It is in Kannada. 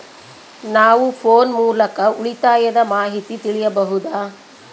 ನಾವು ಫೋನ್ ಮೂಲಕ ಉಳಿತಾಯದ ಮಾಹಿತಿ ತಿಳಿಯಬಹುದಾ?